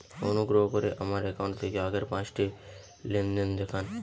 অনুগ্রহ করে আমার অ্যাকাউন্ট থেকে আগের পাঁচটি লেনদেন দেখান